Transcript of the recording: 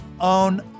own